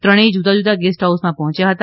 ત્રણેય જુદા જુદા ગેસ્ટ હાઉસમાં પહોંચ્યા હતા